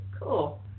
Cool